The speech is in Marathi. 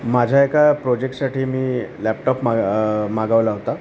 माझ्या एका प्रोजेक्टसाठी मी लॅपटॉप माग मागवला होता